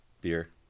beer